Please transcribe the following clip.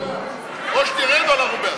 או שתרד או שאנחנו בעד.